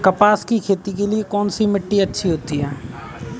कपास की खेती के लिए कौन सी मिट्टी अच्छी होती है?